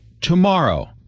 tomorrow